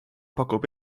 pakub